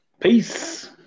Peace